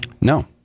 No